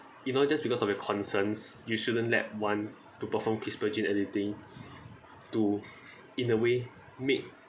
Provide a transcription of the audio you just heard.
you know just because of your concerns you shouldn't let one to perform CRISPR gene editing to in a way make